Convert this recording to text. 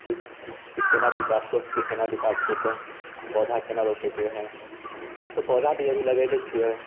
वृक्षके केना विकास होतै स्वस्थके केना विकास होतै पौधा केना रोपैके हय हमसब पौधा भी अभी लगेले छियै